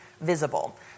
visible